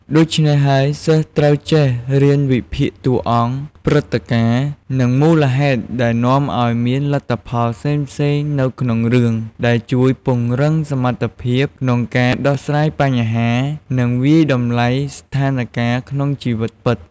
ដូច្នេះហើយ សិស្សត្រូវចេះរៀនវិភាគតួអង្គ ព្រឹត្តិការណ៍ និងមូលហេតុដែលនាំឱ្យមានលទ្ធផលផ្សេងៗនៅក្នុងរឿង ដែលជួយពង្រឹងសមត្ថភាពក្នុងការដោះស្រាយបញ្ហា និងវាយតម្លៃស្ថានការណ៍ក្នុងជីវិតពិត។